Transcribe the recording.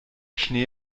schnee